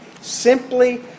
Simply